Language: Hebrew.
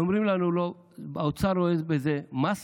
היו אומרים לנו: לא, האוצר רואה בזה מס